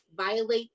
violates